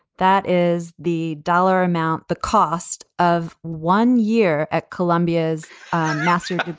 that is the dollar amount. the cost of one year at columbia is massive.